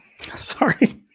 Sorry